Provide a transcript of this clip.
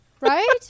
Right